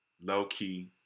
low-key